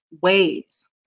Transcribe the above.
ways